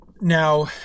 Now